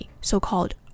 so-called